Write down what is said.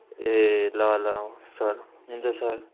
ए ल ल सर हुन्छ सर